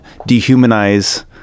dehumanize